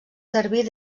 servir